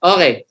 Okay